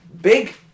big